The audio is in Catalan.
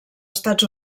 estats